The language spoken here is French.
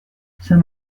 saint